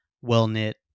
well-knit